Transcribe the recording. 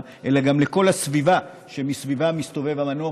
אלא גם לכל הסביבה שמסביבה מסתובב המנוף,